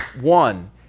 one